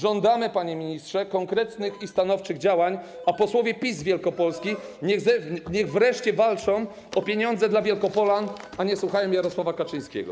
Żądamy, panie ministrze, konkretnych i stanowczych działań, a posłowie PiS z Wielkopolski niech wreszcie zawalczą o pieniądze dla Wielkopolan, a nie słuchają Jarosława Kaczyńskiego.